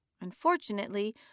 Unfortunately